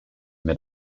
mid